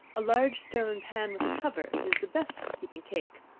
a large stone pan, with a cover, is the best for keeping cake,